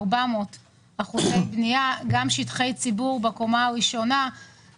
גם בקומה ראשונה של שטחי ציבור,